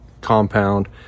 compound